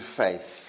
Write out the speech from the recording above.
faith